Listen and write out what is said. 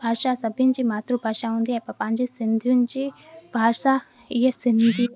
भाषा सभिनि जी महत्व भाषा हूंदी आहे पर पंहिंजे सिंधियुनि जे भाषा हीअ सिंधी